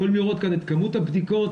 אתם יכולים לראות את כמות הבדיקות